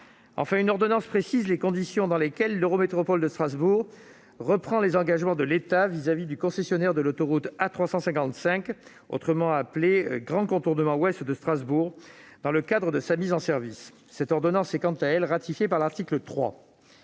Enfin, une ordonnance précise les conditions dans lesquelles l'Eurométropole de Strasbourg reprend les engagements de l'État vis-à-vis du concessionnaire de l'autoroute A355, appelée aussi « Grand contournement ouest de Strasbourg », dans le cadre de sa mise en service. C'est l'article 3 qui vise à ratifier cette